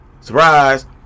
Surprise